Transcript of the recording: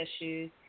issues